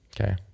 okay